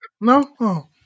No